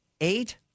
eight